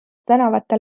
tänavatel